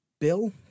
bill